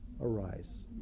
arise